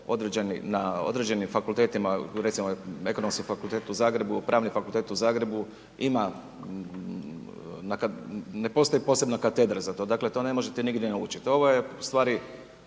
na određenim fakultetima, recimo Ekonomski fakultet u Zagrebu, Pravni fakultet u Zagrebu, ne postoji posebna katedra za to, dakle to ne možete nigdje naučiti. Ovo je u stvari,